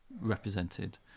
represented